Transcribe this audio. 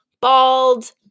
Bald